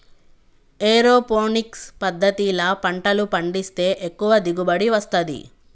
aeroponics పద్దతిల పంటలు పండిస్తే ఎక్కువ దిగుబడి వస్తది